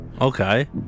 Okay